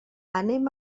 anem